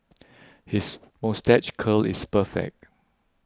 his moustache curl is perfect